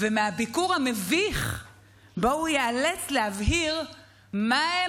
ומהביקור המביך שבו ייאלץ להבהיר מהם